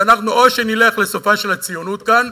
שאו שנלך לסופה של הציונות כאן,